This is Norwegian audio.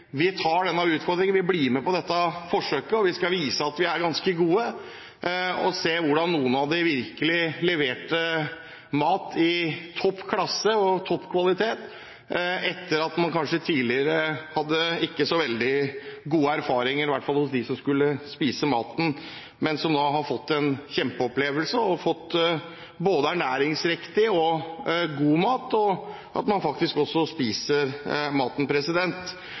vi tar denne utfordringen, vi blir med på dette forsøket, og vi skal vise at vi er ganske gode. Da fikk man se hvordan noen av dem virkelig leverte mat i topp klasse og av topp kvalitet, etter at man tidligere kanskje ikke hadde hatt så veldig gode erfaringer, i hvert fall de som skulle spise maten, men som da har fått en kjempeopplevelse og både ernæringsriktig og god mat, og man har fått til at de faktisk også spiser maten.